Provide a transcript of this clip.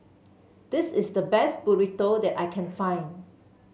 this is the best Burrito that I can find